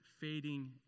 fading